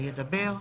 ידבר,